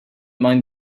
mind